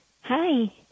Hi